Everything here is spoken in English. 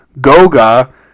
Goga